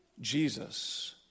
Jesus